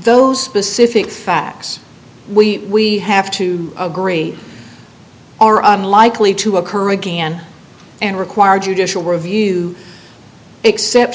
those pacific facts we have to agree are unlikely to occur again and require judicial review except